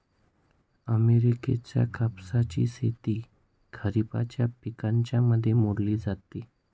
अमेरिकेच्या कापसाची शेती खरिपाच्या पिकांमध्ये मोडली जाते